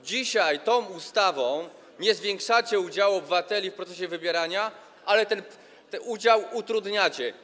Dzisiaj tą ustawą nie zwiększacie udziału obywateli w procesie wybierania, ale ten udział utrudniacie.